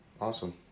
Awesome